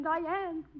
Diane